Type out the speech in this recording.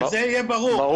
שזה יהיה ברור.